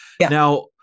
now